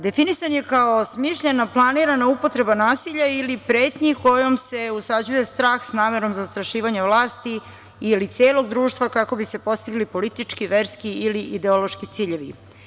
Definisan je kao smišljeno planirana upotreba nasilja ili pretnji kojom se usađuje strah sa namerom zastrašivanja vlasti ili celog društva kako bi se postigli politički, verski ili ideološki ciljevi.